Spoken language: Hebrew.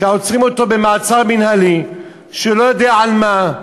שעוצרים אותו במעצר מינהלי שהוא לא יודע על מה,